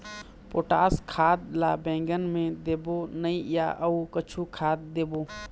Potash खाद ला बैंगन मे देबो नई या अऊ कुछू खाद देबो?